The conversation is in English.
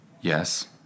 Yes